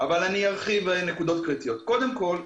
קודם כול,